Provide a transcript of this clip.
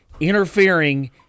interfering